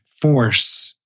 force